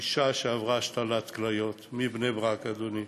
אישה שעברה השתלת כליות, מבני-ברק, אדוני.